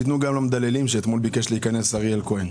שייתנו גם למדללים שאתמול ביקש להיכנס אריאל כהן.